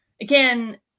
again